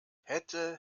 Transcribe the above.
hätte